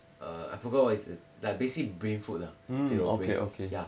uh I forgot what is it basically brain food lah 对咯 ya